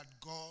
God